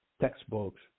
textbooks